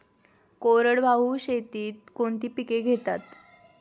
कोरडवाहू शेतीत कोणती पिके घेतात?